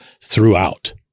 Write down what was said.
throughout